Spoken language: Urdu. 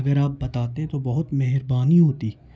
اگر آپ بتاتے تو بہت مہربانی ہوتی